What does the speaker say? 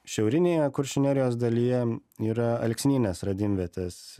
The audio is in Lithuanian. šiaurinėje kuršių nerijos dalyje yra alksnynės radimvietės